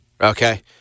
Okay